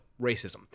racism